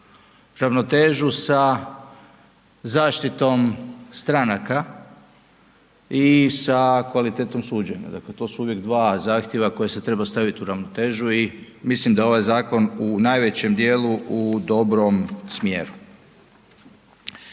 ravnotežu sa zaštitom stranaka i sa kvalitetom suđenja, dakle to su uvijek dva zahtjeva koje se treba stavit u ravnotežu i mislim da je ovaj zakon u najvećem djelu u dobrom smjeru.